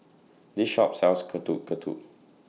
This Shop sells Getuk Getuk